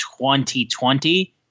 2020